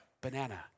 banana